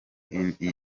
indwara